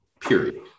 period